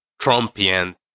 Trumpian